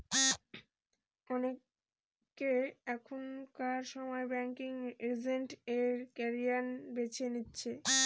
অনেকে এখনকার সময় ব্যাঙ্কিং এজেন্ট এর ক্যারিয়ার বেছে নিচ্ছে